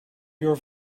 your